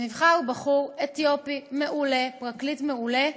ונבחר בחור אתיופי מעולה, פרקליט מעולה.